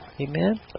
Amen